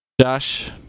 Josh